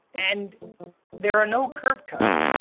and there are no curb cuts,